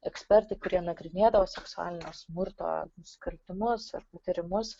ekspertai kurie nagrinėdavo seksualinio smurto nusikaltimus ar nutarimus